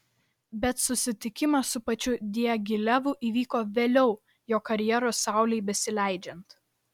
bet susitikimas su pačiu diagilevu įvyko vėliau jo karjeros saulei besileidžiant